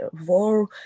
war